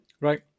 Right